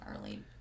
early